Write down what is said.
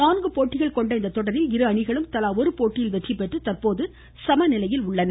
நான்கு போட்டிகள் கொண்ட இந்த தொடரில் இரு அணிகளும் தலா ஒரு போட்டியில் வெற்றி பெற்று தற்போது சம நிலையில் உள்ளன